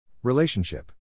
Relationship